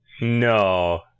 No